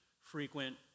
frequent